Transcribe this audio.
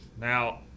now